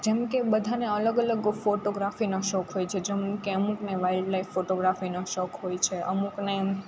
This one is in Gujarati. જેમકે બધાને અલગ અલગ ફોટોગ્રાફીનો શોખ હોય છે જેમકે અમૂકને વાઇલ્ડ લાઈફ ફોટોગ્રાફીનો શોખ હોય છે અમૂકને